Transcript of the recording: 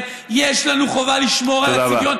יש לנו חובה לשמור על הצביון,